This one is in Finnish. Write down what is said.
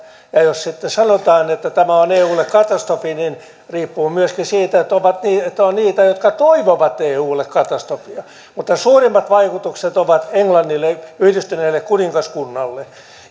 ja ja jos sitten sanotaan että tämä on eulle katastrofi niin se riippuu myöskin siitä että on niitä jotka toivovat eulle katastrofia mutta suurimmat vaikutukset ovat englannille yhdistyneelle kuningaskunnalle